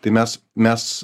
tai mes mes